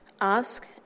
Ask